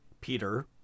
Peter